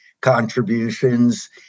contributions